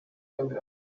n’ayandi